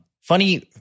funny